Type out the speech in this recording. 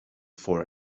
for